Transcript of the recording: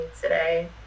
today